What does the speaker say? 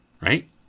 right